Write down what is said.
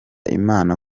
imana